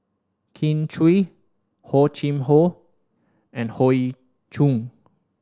Kin Chui Hor Chim Or and Hoey Choo